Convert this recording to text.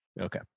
Okay